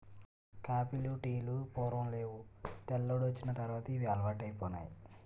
కాపీలు టీలు పూర్వం నేవు తెల్లోడొచ్చిన తర్వాతే ఇవి అలవాటైపోనాయి